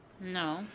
No